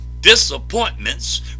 disappointments